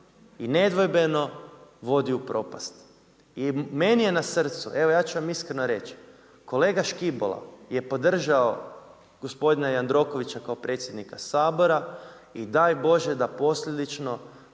i nedvojbeno vodi u propast. I meni je na srcu, evo ja ću vam iskreno reći, kolega Škibola je podržao gospodina Jandrokovića kao predsjednika Sabora i daj Bože da posljedično